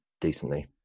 decently